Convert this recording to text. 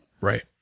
Right